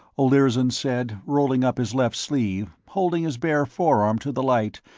olirzon said, rolling up his left sleeve, holding his bare forearm to the light,